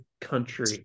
country